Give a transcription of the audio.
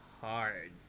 hard